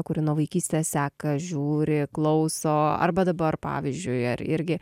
kuri nuo vaikystės seka žiūri klauso arba dabar pavyzdžiui ar irgi